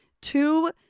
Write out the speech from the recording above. two